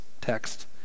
text